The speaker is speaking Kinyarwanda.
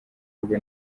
ahubwo